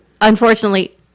unfortunately